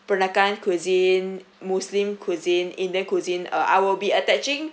peranakan cuisine muslim cuisine indian cuisine uh I will be attaching